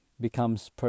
becomes